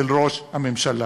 של ראש הממשלה.